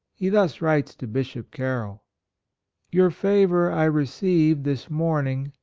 he thus writes to bishop carroll your favor i received this morning,